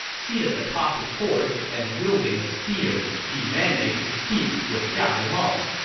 seated atop his horse and wielding a spear, demanding to speak with xiahou mao.